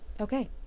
Okay